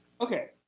okay